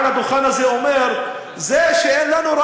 אני שמעתי את ראש הממשלה מעל הדוכן הזה אומר: זה שאין לנו ראיות,